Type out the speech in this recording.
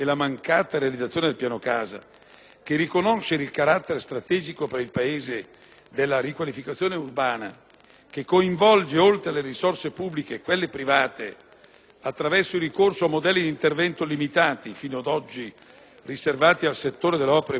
che riconosce il carattere strategico per il Paese della riqualificazione urbana, che coinvolge, oltre alle risorse pubbliche, quelle private, attraverso il ricorso a modelli di intervento limitati, fino ad oggi, al settore delle opere pubbliche (il cosiddetto *project fìnancing*),